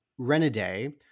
Renaday